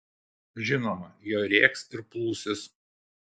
žinoma jie rėks ir plūsis